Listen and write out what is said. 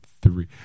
three